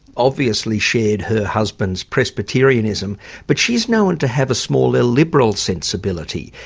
obviously shared her husband's presbyterianism but she's known to have a small-l liberal sensibility.